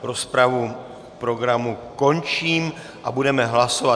Rozpravu k programu končím a budeme hlasovat.